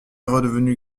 redevenu